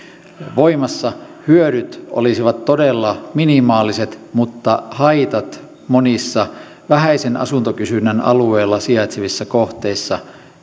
voimassa hyödyt olisivat todella minimaaliset mutta haitat monissa vähäisen asuntokysynnän alueella sijaitsevissa kohteissa